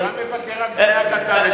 גם מבקר המדינה כתב את זה.